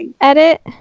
edit